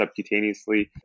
subcutaneously